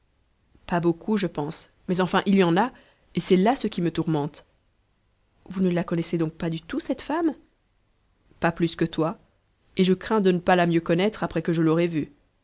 pas beaucoup je pense mais enfin il y en a et c'est là ce qui me tourmente vous ne la connaissez donc pas du tout cette femme pas plus que toi et je crains de ne pas la mieux connaître après que je l'aurai vue